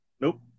Nope